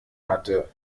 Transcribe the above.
hatte